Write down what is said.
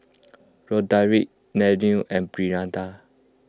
Rodrick Danniel and Brianda